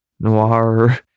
Noir